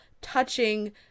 touching